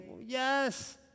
Yes